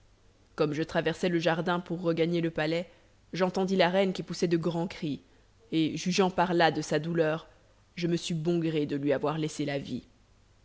comme je traversais le jardin pour regagner le palais j'entendis la reine qui poussait de grands cris et jugeant par là de sa douleur je me sus bon gré de lui avoir laissé la vie